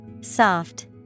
soft